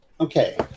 Okay